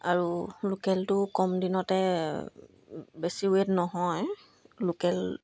আৰু লোকেলটো কম দিনতে বেছি ৱেট নহয় লোকেল